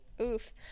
Oof